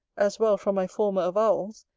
as well from my former avowals,